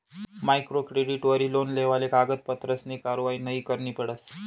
micro क्रेडिटवरी loan लेवाले कागदपत्रसनी कारवायी नयी करणी पडस